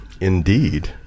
Indeed